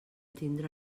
tindre